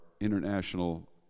international